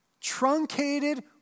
truncated